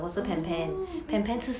oo pan pan